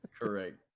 Correct